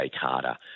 Carter